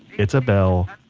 it's a bell,